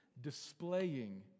Displaying